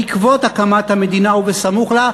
בעקבות הקמת המדינה ובסמוך לה,